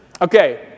Okay